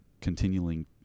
continuing